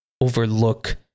overlook